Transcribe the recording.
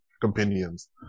companions